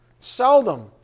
Seldom